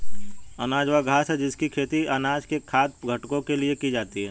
अनाज वह घास है जिसकी खेती अनाज के खाद्य घटकों के लिए की जाती है